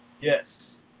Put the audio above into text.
yes